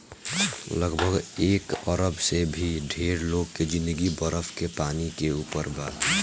लगभग एक अरब से भी ढेर लोग के जिंदगी बरफ के पानी के ऊपर बा